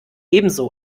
ebenso